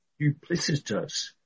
duplicitous